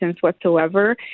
Whatsoever